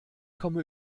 komme